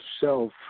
self